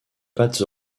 pâtes